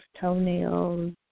toenails